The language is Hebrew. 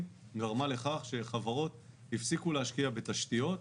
גרמה לכך שחברות הפסיקו להשקיע בתשתיות.